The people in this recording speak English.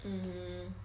mm